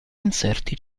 inserti